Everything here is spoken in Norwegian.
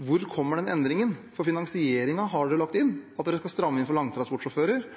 Hvor kommer den endringen? Finansieringen er lagt inn, man skal stramme inn for langtransportsjåfører,